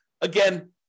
Again